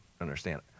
understand